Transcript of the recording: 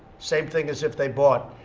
same thing as if they bought.